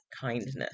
kindness